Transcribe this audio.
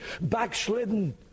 backslidden